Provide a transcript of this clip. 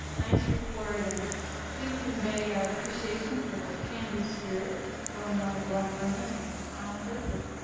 nice report, and please convey our appreciation for the can-do spirit going on at rockrimmon and challenger with